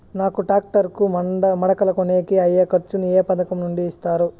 నాకు టాక్టర్ కు మడకలను కొనేకి అయ్యే ఖర్చు ను ఏ పథకం నుండి ఇస్తారు?